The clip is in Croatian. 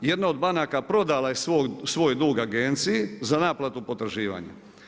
Jedna od banaka prodala je svoj dug agenciji za naplatu potraživanja.